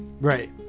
right